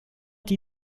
die